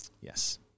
Yes